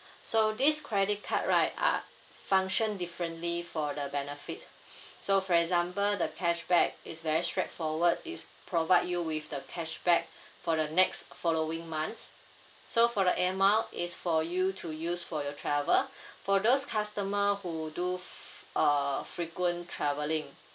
so this credit card right are function differently for the benefits so for example the cashback is very straightforward it provide you with the cashback for the next following month so for the air mile is for you to use for your travel for those customer who do fre~ uh frequent travelling